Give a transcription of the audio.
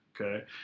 okay